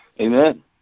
Amen